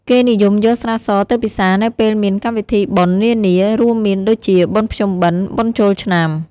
គេនិយមយកស្រាសទៅពិសានៅពេលមាន កម្មវិធីបុណ្យ នានា រួមមានដូចជាបុណ្យភ្ជុំបិណ្ឌ បុណ្យចូលឆ្នាំ។